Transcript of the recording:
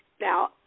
Now